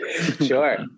Sure